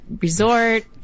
resort